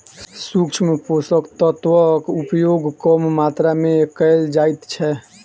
सूक्ष्म पोषक तत्वक उपयोग कम मात्रा मे कयल जाइत छै